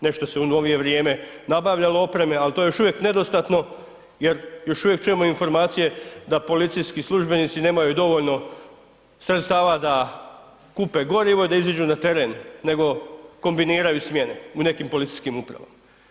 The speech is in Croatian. Nešto se u novije vrijeme nabavljalo opreme ali to je još uvijek nedostatno jer još uvijek čujemo informacije da policijski službenici nemaju dovoljno sredstava da kupe gorivo i da iziđu na teren nego kombiniraju smjene u nekim policijskim upravama.